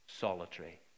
solitary